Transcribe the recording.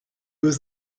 was